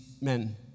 men